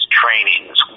trainings